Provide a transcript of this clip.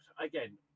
again